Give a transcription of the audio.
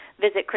Visit